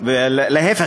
להפך,